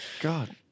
God